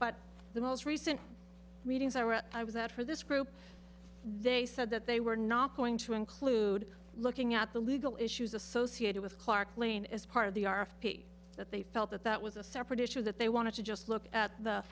but the most recent meetings that i was at for this group they said that they were not going to include looking at the legal issues associated with clark lane as part of the r f p that they felt that that was a separate issue that they wanted to just look at the